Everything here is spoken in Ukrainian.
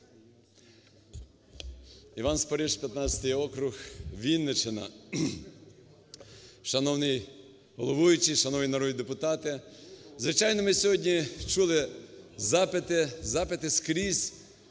Іван Спориш, 15 округ Вінниччина. Шановний головуючий, шановні народні депутати, звичайно, ми сьогодні чули запити. Запити скрізь